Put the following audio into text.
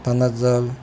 તનતઝલ